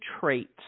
traits